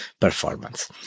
performance